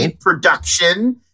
production